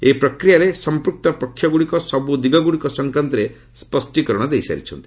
ଏହି କ୍ରୟ ପ୍ରକକ୍ରିୟାରେ ସଂପୃକ୍ତ ପକ୍ଷଗୁଡ଼ିକ ସବୁ ଦିଗୁଡ଼ିକ ସଂକ୍ରାନ୍ତରେ ସ୍ୱଷ୍ଟୀକରଣ ଦେଇଛନ୍ତି